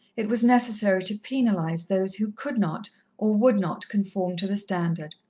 it was necessary to penalize those who could not or would not conform to the standard.